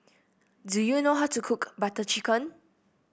do you know how to cook Butter Chicken